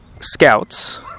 scouts